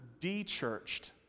de-churched